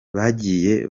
bagiye